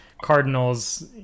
Cardinals